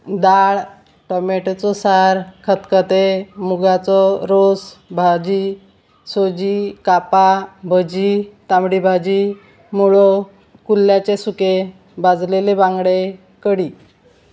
दाळ टोमेटेचो सार खतखतें मुगाचो रोस भाजी सोजी कापां भजी तांबडी भाजी मुळो कुल्ल्याचे सुकें भाजलेले बांगडे कडी